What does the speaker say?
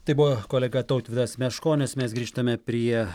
tai buvo kolega tautvydas meškonis mes grįžtame prie